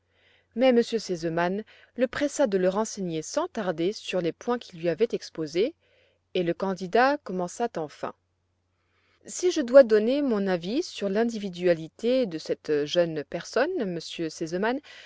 mais m r sesemann le pressa de le renseigner sans tarder sur les points qu'il lui avait exposés et le candidat commença enfin si je dois donner mon avis sur l'individualité de cette jeune personne